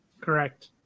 correct